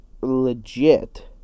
legit